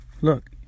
Look